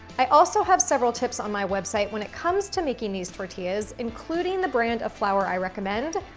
i also have several tips on my website when it comes to making these tortillas, including the brand of flour i recommend,